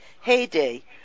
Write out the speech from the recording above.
heyday